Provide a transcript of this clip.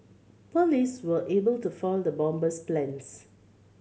police were able to foil the bomber's plans